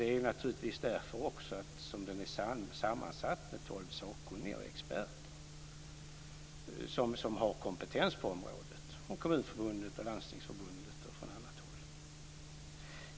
Det är naturligtvis också därför som den är sammansatt med tolv sakkunniga och experter som har kompetens på området från Kommunförbundet, Landstingsförbundet och från annat håll.